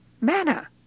manna